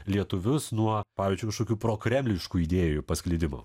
lietuvius nuo pavyzdžiui kažkokių prokremliškų idėjų pasklidimo